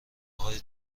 آقای